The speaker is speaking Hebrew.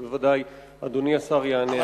שבוודאי אדוני השר יענה עליה.